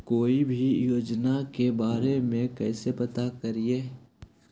कोई भी योजना के बारे में कैसे पता करिए?